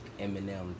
Eminem